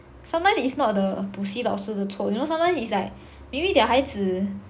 sometimes it's not the 补习老师的错 you know sometimes is like maybe their 孩子